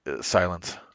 Silence